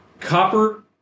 Copper